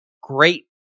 great